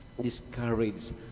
discouraged